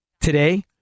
today